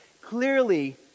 Clearly